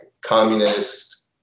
communist